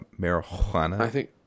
marijuana